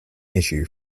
issue